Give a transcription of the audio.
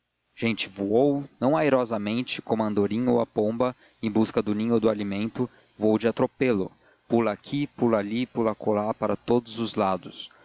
gente voou não airosamente como a andorinha ou a pomba em busca do ninho ou do alimento voou de atropelo pula aqui pula ali pula acolá para todos os lados